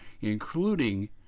including